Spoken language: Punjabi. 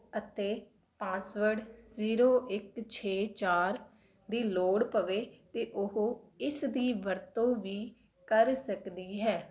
ਅਤੇ ਪਾਸਵਰਡ ਜ਼ੀਰੋ ਇੱਕ ਛੇ ਚਾਰ ਦੀ ਲੋੜ ਪਵੇ ਅਤੇ ਉਹ ਇਸ ਦੀ ਵਰਤੋਂ ਵੀ ਕਰ ਸਕਦੀ ਹੈ